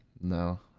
No